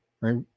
right